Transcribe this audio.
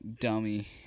dummy